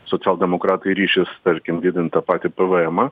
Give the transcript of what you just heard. socialdemokratai ryšis tarkim didint tą patį pvemą